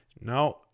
now